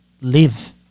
live